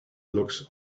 looks